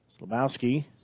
Slabowski